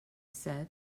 said